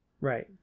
right